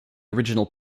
original